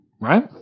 right